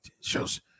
shows